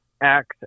acts